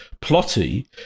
plotty